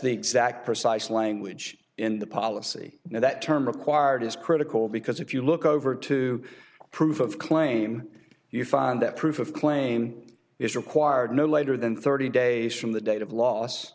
the exact precise language in the policy now that term required is critical because if you look over to proof of claim you find that proof of claim is required no later than thirty days from the date of loss